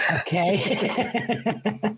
Okay